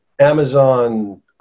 Amazon